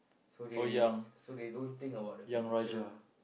so they so they don't think about the future